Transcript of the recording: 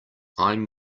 i’m